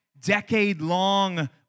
Decade-long